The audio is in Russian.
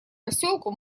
поселку